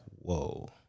whoa